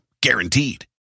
guaranteed